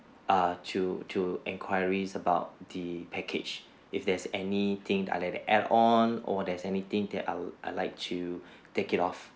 err to to enquiries about the package if there's anything I'd like to add on or there's anything that I'd I'd like to to take it off